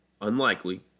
unlikely